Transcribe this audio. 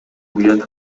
уят